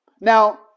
Now